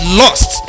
lost